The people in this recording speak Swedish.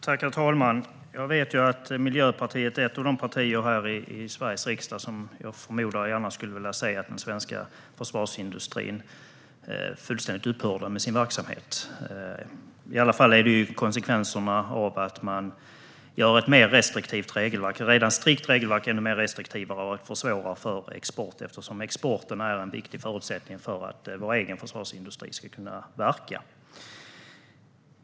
Herr talman! Jag vet ju att Miljöpartiet är ett av de partier här i Sveriges riksdag som gärna skulle vilja att den svenska försvarsindustrin upphör med sin verksamhet. I alla fall är det konsekvenserna av att man föreslår att göra ett redan strikt regelverk till ett ännu mer restriktivt regelverk som försvårar export. Exporten är en viktig förutsättning för att vår egen försvarsindustri ska kunna verka.